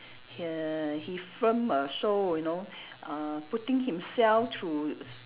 he err he film a show you know uh putting himself through s~